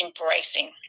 embracing